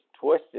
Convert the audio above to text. twisted